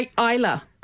Isla